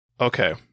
Okay